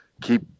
keep